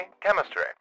chemistry